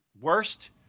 Worst